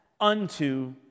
unto